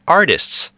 artists